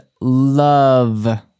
love